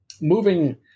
moving